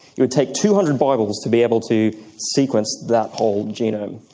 it would take two hundred bibles to be able to sequence that whole genome.